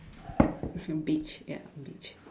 it's a beach ya beach